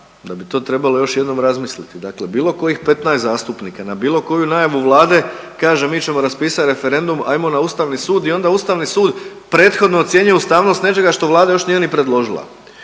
pa bi to trebalo još jednom razmisliti. Dakle, bilo kojih 15 zastupnika na bilo koju najavu Vlade kaže mi ćemo raspisati referendum, hajmo na Ustavni sud i onda Ustavni sud prethodno ocjenjuje ustavnost nečega što Vlada još nije ni predložila.